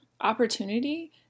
opportunity